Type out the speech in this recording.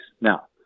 Now